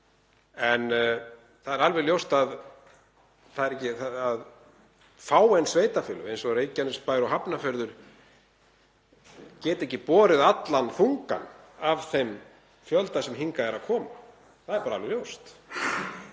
en það er alveg ljóst að fáein sveitarfélög, eins og Reykjanesbær og Hafnarfjörður, geta ekki borið allan þunga af þeim fjölda sem hingað kemur. Það er alveg ljóst.